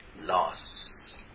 loss